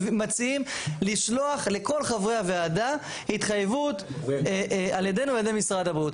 מציעים לשלוח לכל חברי הוועדה התחייבות על ידנו ועל ידי משרד הבריאות.